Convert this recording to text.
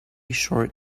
short